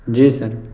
جی سر